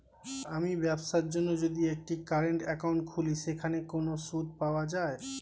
আমি ব্যবসার জন্য যদি একটি কারেন্ট একাউন্ট খুলি সেখানে কোনো সুদ পাওয়া যায়?